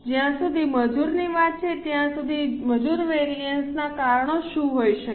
જ્યાં સુધી મજૂરની વાત છે ત્યાં મજૂરના વેરિએન્સ ના કારણો શું હોઈ શકે